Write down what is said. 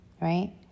right